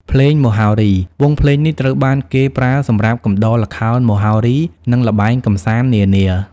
ភ្លេងមហោរី វង់ភ្លេងនេះត្រូវបានគេប្រើសម្រាប់កំដរល្ខោនមហោរីនិងល្បែងកំសាន្តនានា។